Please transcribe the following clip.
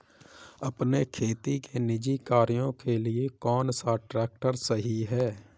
अपने खेती के निजी कार्यों के लिए कौन सा ट्रैक्टर सही है?